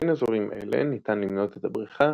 בין אזורים אלה ניתן למנות את הבריכה,